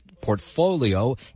portfolio